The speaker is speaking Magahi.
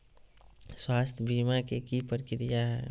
स्वास्थ बीमा के की प्रक्रिया है?